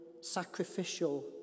sacrificial